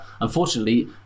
Unfortunately